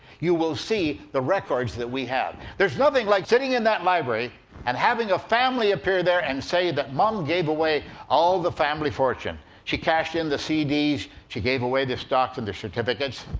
you will see the records that we have. there's nothing like sitting in that library and having a family appear there and say that mum gave away all the family fortune. she cashed in the cds, she gave away the stocks and the certificates.